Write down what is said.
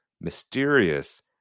mysterious